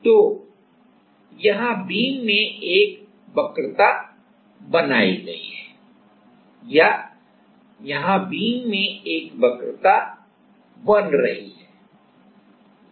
तो बीम में एक वक्रता बनाई गई है